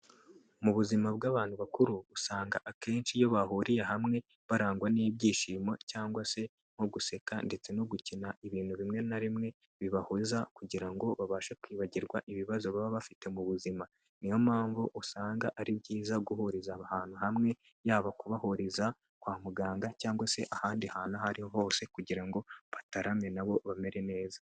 Mu buzima bw'abantu bakuru usanga akenshi iyo bahuriye hamwe barangwa n'ibyishimo cyangwa se nko guseka ndetse no gukina ibintu bimwe na bimwe bibahuza kugira ngo babashe kwibagirwa ibibazo baba bafite mu buzima niyo mpamvu usanga ari byiza guhuriza abantu hamwe yaba kubohoreza kwa muganga cyangwa se ahandi hantu aho ariho hose kugira ngo batarame nabo bamere neza.